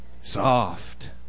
soft